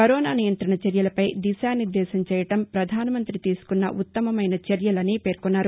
corona నియంత్రణ చర్యలపై దిశానిర్దేశం చేయడం ప్రధానమంత్రి తీసుకున్న ఉత్తమమైన చర్యలని పేర్కొన్నారు